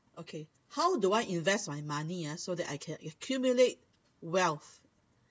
okay how do I invest my money ah so that I can accumulate wealth